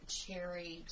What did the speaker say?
cherry